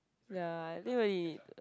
ya think what you need